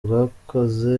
rwakoze